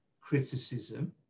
criticism